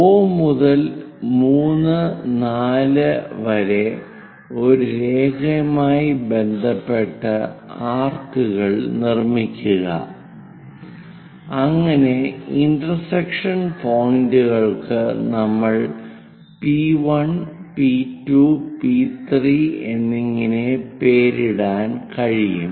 O മുതൽ 3 4 വരെ ഒരു രേഖയുമായി ബന്ധപ്പെട്ട് ആർക്കുകൾ നിർമ്മിക്കുക അങ്ങനെ ഇന്റർസെക്ഷൻ പോയിന്റുകൾക്ക് നമ്മൾ പി 1 പി 2 പി 3 എന്നിങ്ങനെ പേരിടാൻ കഴിയും